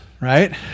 right